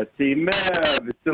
seime visi